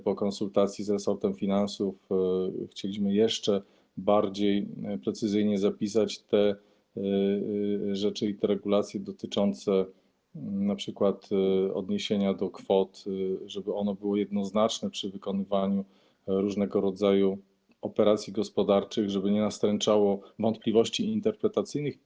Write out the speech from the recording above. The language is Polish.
Po konsultacji z resortem finansów chcieliśmy jeszcze bardziej precyzyjnie zapisać te rzeczy, te regulacje dotyczące np. odniesienia do kwot, żeby one były jednoznaczne przy wykonywaniu różnego rodzaju operacji gospodarczych, żeby nie nastręczało to wątpliwości interpretacyjnych.